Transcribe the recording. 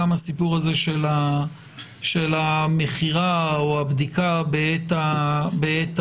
גם הסיפור הזה של המכירה או הבדיקה בעת המכירה.